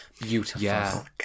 Beautiful